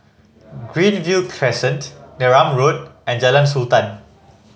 Greenview Crescent Neram Road and Jalan Sultan